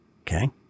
okay